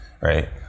right